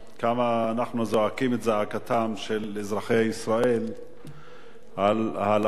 כמה אנחנו זועקים את זעקתם של אזרחי ישראל על העלאות המחירים,